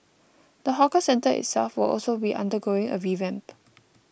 the hawker centre itself will also be undergoing a revamp